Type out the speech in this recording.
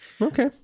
okay